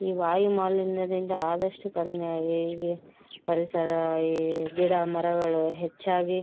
ಈ ವಾಯುಮಾಲಿನ್ಯದಿಂದ ಆದಷ್ಟು ಕಡಿಮೆಯಾಗಿ ಹೀಗೆ ಈ ಪರಿಸರ ಈ ಗಿಡ ಮರಗಳು ಹೆಚ್ಚಾಗಿ